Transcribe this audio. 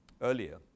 earlier